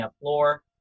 floor